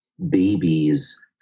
babies